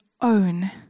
own